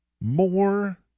more